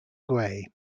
grey